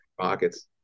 pockets